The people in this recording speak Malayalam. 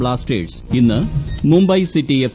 ബ്ലാസ്റ്റേഴ്സ് ഇന്ന് മുംബൈ സിറ്റി എഫ്